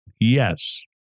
Yes